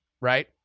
right